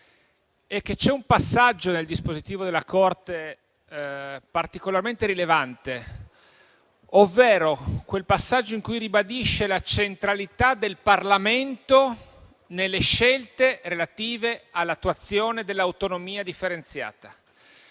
C'è un passaggio, nel dispositivo della Corte, particolarmente rilevante, ovvero quel passaggio in cui la Corte ribadisce la centralità del Parlamento nelle scelte relative all'attuazione dell'autonomia differenziata.